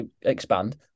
Expand